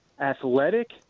athletic